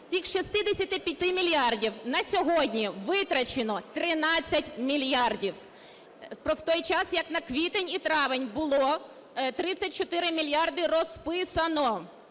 З цих 65 мільярдів на сьогодні витрачено 13 мільярдів, в той час як на квітень і травень було 34 мільярди розписано.